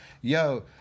yo